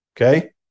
okay